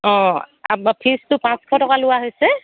অঁ ফিজটো পাঁচশ টকা লোৱা হৈছে